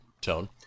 Tone